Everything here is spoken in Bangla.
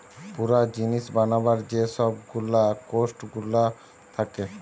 পুরা জিনিস বানাবার যে সব গুলা কোস্ট গুলা থাকে